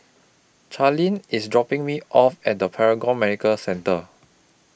Charline IS dropping Me off At Paragon Medical Centre